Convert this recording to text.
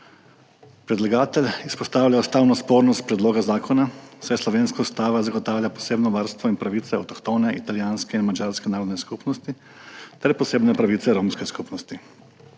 Predlagatelj izpostavlja ustavno spornost predloga zakona, saj slovenska ustava zagotavlja posebno varstvo in pravice avtohtone italijanske in madžarske narodne skupnosti ter posebne pravice romske skupnosti.